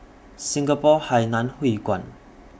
Singapore Hainan Hwee Kuan